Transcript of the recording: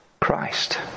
Christ